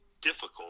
difficult